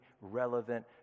relevant